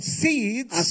seeds